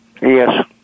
Yes